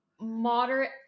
moderate